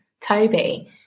Toby